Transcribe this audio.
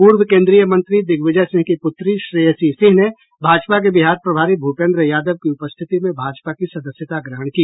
पूर्व केन्द्रीय मंत्री दिग्विजय सिंह की पुत्री श्रेयसी सिंह ने भाजपा के बिहार प्रभारी भूपेन्द्र यादव की उपस्थिति में भाजपा की सदस्यता ग्रहण की